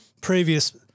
previous